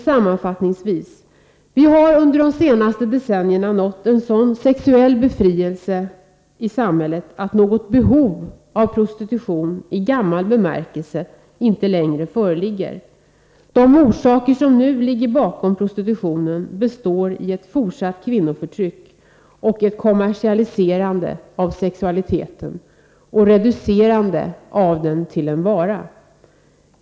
Sammanfattningsvis: Vi har under de senaste decennierna uppnått en sådan sexuell befrielse i vårt samhälle att något behov av prostitution i gammal bemärkelse inte längre föreligger. Det som numera ligger bakom prostitutionen är ett fortsatt kvinnoförtryck, ett kommersialiserande av sexualiteten och ett reducerande av denna till en vara.